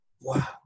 Wow